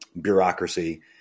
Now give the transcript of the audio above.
bureaucracy